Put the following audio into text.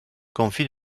confit